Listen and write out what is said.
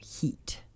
heat